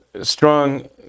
strong